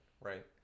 right